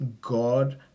God